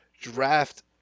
draft